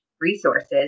resources